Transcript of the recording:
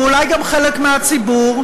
ואולי גם חלק מהציבור,